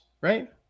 right